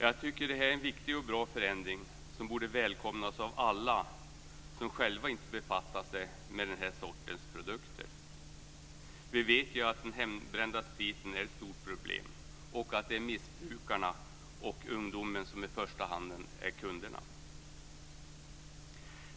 Jag tycker att det här är en viktig och bra förändring, som borde välkomnas av alla som själva inte befattar sig med den här sortens produkter. Vi vet ju att den hembrända spriten är ett stort problem och att det är missbrukare och ungdomar som i första hand är kunderna.